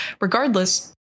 Regardless